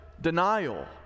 denial